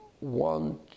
want